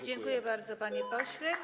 Dziękuję bardzo, panie pośle.